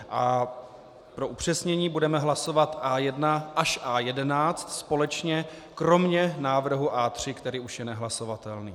A pro upřesnění, budeme hlasovat A1 až A11 společně, kromě návrhu A3, který už je nehlasovatelný.